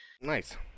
Nice